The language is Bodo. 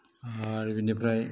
आरो बिनिफ्राय